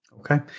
Okay